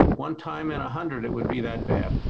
one time in a hundred it would be that bad.